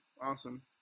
awesome